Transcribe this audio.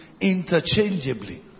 interchangeably